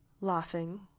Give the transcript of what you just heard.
laughing